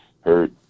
hurt